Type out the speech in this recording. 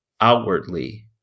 outwardly